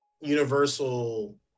universal